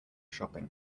shopping